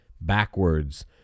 backwards